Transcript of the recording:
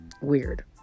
weird